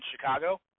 Chicago